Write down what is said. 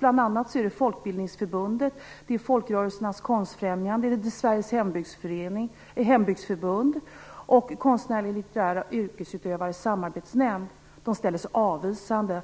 De är bl.a. Folkbildningsförbundet, Folkrörelsernas Konstfrämjande, Sveriges Hembygdsförbund, och Konstnärliga och litterära yrkesutövares samarbetsnämnd. Dessa ställer sig avvisande